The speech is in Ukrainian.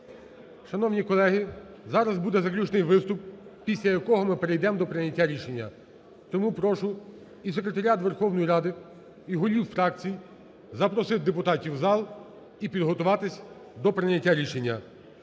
Шановні колеги, зараз буде заключний виступ після якого ми перейдемо до прийняття рішення. Тому прошу і секретаріат Верховної Ради і голів фракцій запросити депутатів у зал і підготуватися до прийняття рішення.